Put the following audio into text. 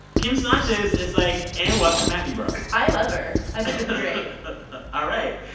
kim sanchez is like, and what? come at me, bro i love her. i think it's great all right.